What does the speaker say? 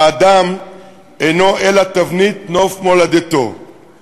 "האדם אינו אלא תבנית נוף מולדתו";